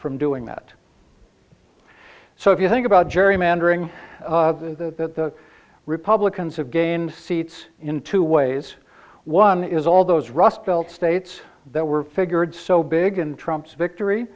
from doing that so if you think about gerrymandering that the republicans have gained seats in two ways one is all those rust belt states that were figured so big and trumps victory